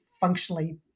functionally